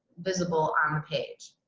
visible on the page.